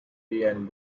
and